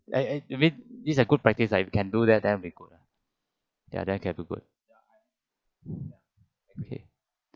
I I I mean this is a good practice ah you can do that then will be good ah ya then can be good okay